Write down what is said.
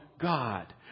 God